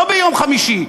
לא ביום חמישי,